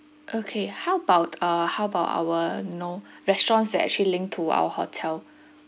okay how about uh how about our you know restaurants that actually linked to our hotel